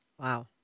Wow